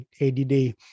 ADD